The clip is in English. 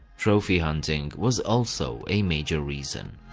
trophy hunting was also a major reason.